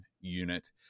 unit